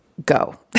go